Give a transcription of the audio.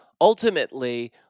ultimately